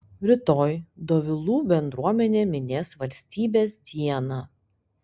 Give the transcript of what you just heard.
rytoj dovilų bendruomenė minės valstybės dieną